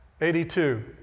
82